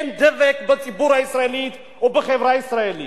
אין דבק בציבור הישראלי, בחברה הישראלית.